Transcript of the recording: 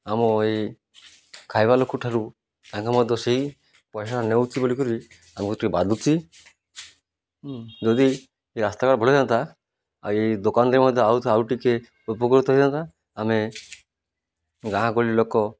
ଆମ ଏଇ ଖାଇବା ଲୋକ ଠାରୁ ତାଙ୍କ ମଧ୍ୟ ସେଇ ପଇସାଟା ନେଉଛି ବୋଲିକରି ଆମକୁ ଟିକେ ବାଧୁଛି ଯଦି ରାସ୍ତା ଆଉ ଏଇ ଦୋକାନରେ ମଧ୍ୟ ଆଉ ଆଉ ଟିକେ ଉପକୃତ ହେଇଥାନ୍ତା ଆମେ ଗାଁ ଗହଳି ଲୋକ